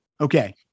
Okay